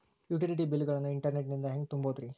Utility bill ಗಳನ್ನ internet ನಿಂದ ಹೆಂಗ್ ತುಂಬೋದುರಿ?